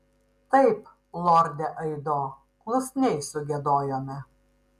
taip lorde aido klusniai sugiedojome